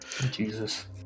Jesus